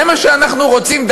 זה מה שאנחנו רוצים,